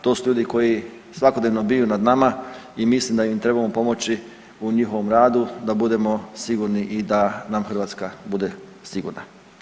To su ljudi koji svakodnevno bdiju nad nama i mislim da im trebamo pomoći u njihovom radu da budemo sigurni i da nam Hrvatska bude sigurna.